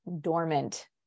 dormant